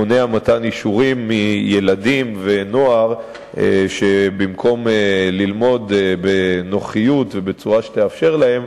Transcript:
מונע מתן אישורים מילדים ונוער שבמקום ללמוד בנוחיות ובצורה שתאפשר להם,